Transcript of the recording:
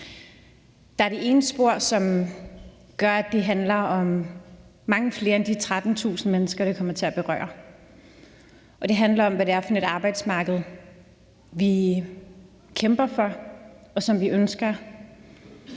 der er det ene spor, som gør, at det handler om mange flere end de 13.000 mennesker, det kommer til at berøre, og det handler om, hvad det er for et arbejdsmarked, vi kæmper for, og som vi ønsker.